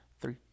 Three